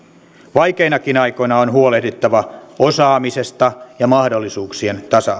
vaikeinakin aikoina on huolehdittava osaamisesta ja mahdollisuuksien tasa